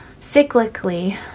cyclically